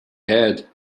head